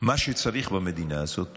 מה שצריך במדינה הזאת